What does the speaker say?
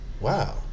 Wow